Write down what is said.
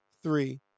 three